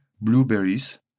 blueberries